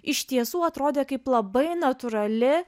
iš tiesų atrodė kaip labai natūrali